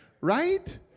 right